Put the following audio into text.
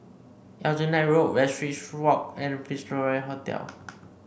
Aljunied Road Westridge Walk and Victoria Hotel